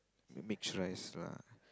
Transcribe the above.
a mixed rice lah